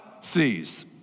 sees